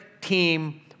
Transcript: team